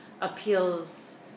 appeals